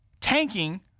Tanking